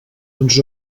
ens